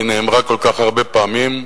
והיא נאמרה כל כך הרבה פעמים,